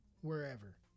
wherever